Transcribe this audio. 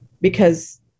because-